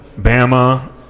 Bama